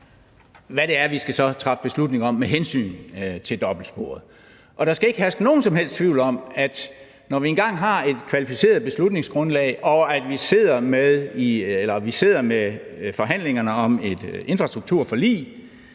hvad det så er, vi skal træffe beslutninger om med hensyn til dobbeltsporet. Der skal ikke herske nogen som helst tvivl om, at når vi engang har et kvalificeret beslutningsgrundlag og vi sidder med i forhandlingerne om en infrastrukturplan,